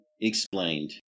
Explained